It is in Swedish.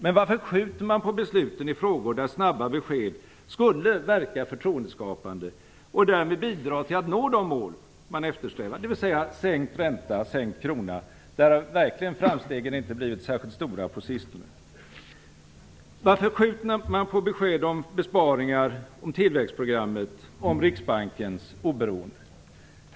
Men varför skjuter man på besluten i frågor där snabba besked skulle verka förtroendeskapande och därmed bidra till att nå de mål man eftersträvar, dvs. sänkt ränta och sänkt krona. Där har framstegen verkligen inte blivit särskilt stora på sistone. Man får besked om besparingar, om tillväxtprogrammet, om Riksbankens oberoende.